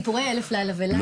נכון, סיפורי אלף לילה ולילה.